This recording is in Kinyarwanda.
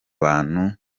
bantu